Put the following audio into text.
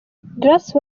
grace